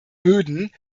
böden